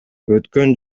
өткөн